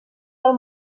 del